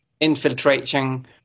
infiltrating